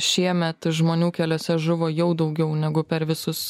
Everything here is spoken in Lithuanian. šiemet žmonių keliuose žuvo jau daugiau negu per visus